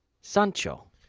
Sancho